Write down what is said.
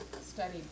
studied